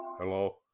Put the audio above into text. Hello